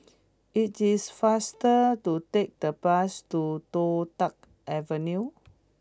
it is faster to take the bus to Toh Tuck Avenue